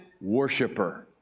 worshiper